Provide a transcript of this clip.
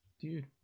dude